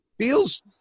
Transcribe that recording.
feels